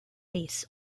bass